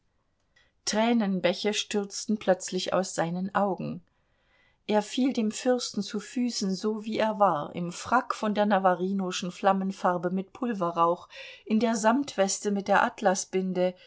tränenbäche stürzten plötzlich aus seinen augen er fiel dem fürsten zu füßen so wie er war im frack von der navarinoschen flammenfarbe mit pulverrauch in der samtweste mit der atlasbinde